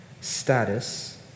status